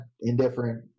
indifferent